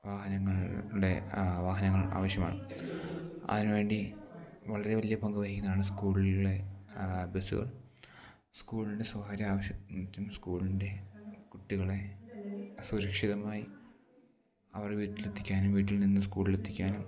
വാഹനങ്ങളുടെ വാഹനങ്ങൾ ആവശ്യമാണ് അതിന് വേണ്ടി വളരെ വലിയ പങ്ക് വഹിക്കുന്നതാണ് സ്കൂളുകളിലെ ബസ്സുകൾ സ്കൂളിൻ്റെ സ്വകാര്യ ആവശ്യം മറ്റും സ്കൂളിൻ്റെ കുട്ടികളെ സുരക്ഷിതമായി അവരെ വീട്ടിലെത്തിക്കാനും വീട്ടിൽ നിന്ന് സ്കൂളിൽ എത്തിക്കാനും